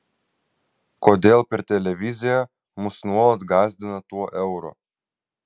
kodėl per televiziją mus nuolat gąsdina tuo euru